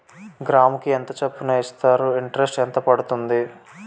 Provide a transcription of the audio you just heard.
గ్రాముకి ఎంత చప్పున ఇస్తారు? ఇంటరెస్ట్ ఎంత పడుతుంది?